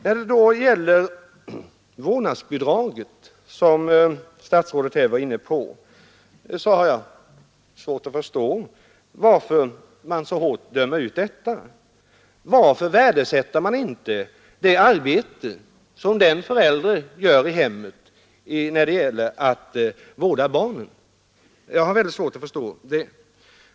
När det gäller vårdnadsbidraget, som statsrådet berörde, har jag svårt att förstå varför man så hårt dömer ut detta. Varför värdesätter man inte det arbete som en förälder gör i hemmet då det gäller att vårda barnen?